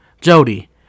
jody